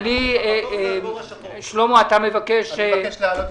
אוסאמה ואני התעמקנו בנושא,